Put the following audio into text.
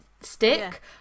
stick